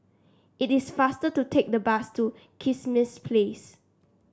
it is faster to take the bus to Kismis Place